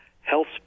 health